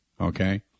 okay